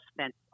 spent